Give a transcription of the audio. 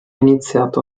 iniziato